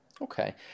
Okay